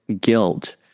guilt